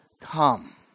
come